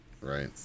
Right